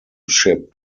ship